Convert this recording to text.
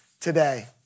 today